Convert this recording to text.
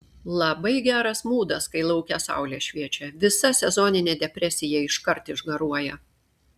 labai geras mūdas kai lauke saulė šviečia visa sezoninė depresija iškart išgaruoja